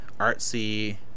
artsy